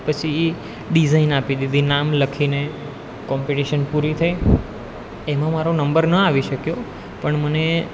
પછી ડિઝાઇન આપી દીધી નામ લખીને કોમ્પિટિશન પૂરી થઈ એમાં મારો નંબર ન આવી શક્યો પણ મને